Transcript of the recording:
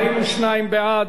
42 בעד,